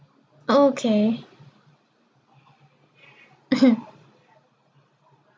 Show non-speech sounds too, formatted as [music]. okay [laughs]